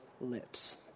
lips